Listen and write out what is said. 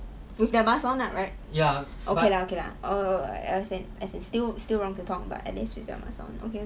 with their masks on ah right okay lah okay lah err as in as in still still wrong to talk but at least with their masks on okay okay